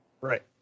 Right